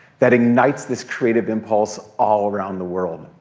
that ignites this creative impulse all around the world.